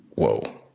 whoa,